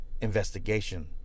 investigation